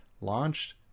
launched